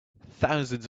thousands